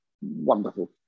wonderful